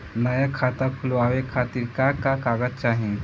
नया खाता खुलवाए खातिर का का कागज चाहीं?